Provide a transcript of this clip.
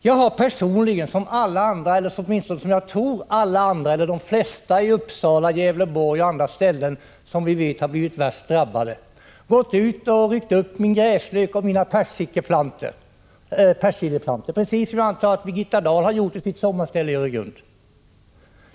Jag har som alla andra i Uppsala, i Gävleborg och på alla andra ställen som vi vet har blivit värst drabbade — jag tror i alla fall att det gäller de flesta av dessa människor — gått ut och ryckt upp min gräslök och mina persiljeplantor. Jag antar att även Birgitta Dahl har gjort det på sitt sommarställe i Öregrund.